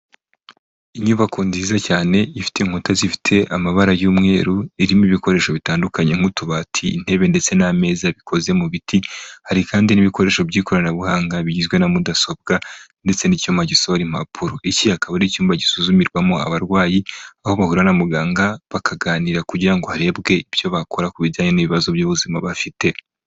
Inyubako nziza cyane ifite inkuta zifite amabara y'umweru irimo ibikoresho bitandukanye nk'utubati, intebe ndetse n'ameza bikoze mu biti, hari kandi n'ibikoresho by'ikoranabuhanga bigizwe na mudasobwa ndetse n'icyuma gisohora impapuro, iki akaba ari icyumba gisuzumirwamo abarwayi, aho bahura na muganga bakaganira kugira ngo harebwe ibyo bakora ku bijyanye n'ibibazo by'ubuzima bafite.